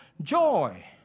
joy